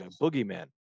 boogeyman